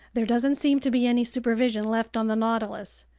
there doesn't seem to be any supervision left on the nautilus.